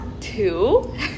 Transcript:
two